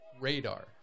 radar